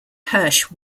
hirsch